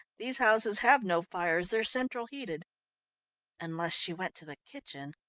these houses have no fires, they're central heated unless she went to the kitchen.